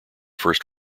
first